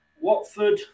watford